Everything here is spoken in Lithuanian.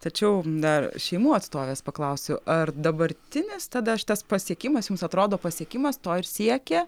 tačiau dar šeimų atstovės paklausiu ar dabartinis tada šitas pasiekimas jums atrodo pasiekimas to ir siekia